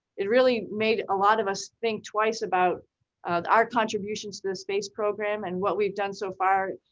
it really made a lot of us think twice about our contributions to the space program and what we've done so far.